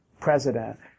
president